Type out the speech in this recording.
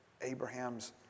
Abraham's